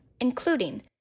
including